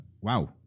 wow